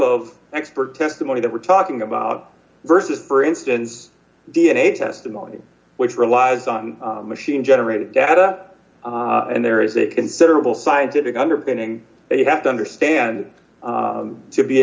of expert testimony that we're talking about versus for instance d n a testimony which relies on machine generated add up and there is a considerable scientific underpinning that you have to understand to be